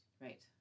Right